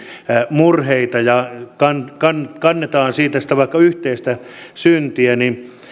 murheita ja kannetaan siitä sitten vaikka yhteistä syntiä että